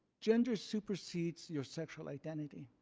yeah and supersedes your sexual identity.